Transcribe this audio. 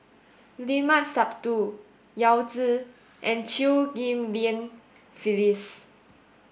Limat Sabtu Yao Zi and Chew Ghim Lian Phyllis